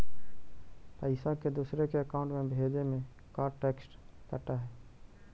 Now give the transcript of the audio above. पैसा के दूसरे के अकाउंट में भेजें में का टैक्स कट है?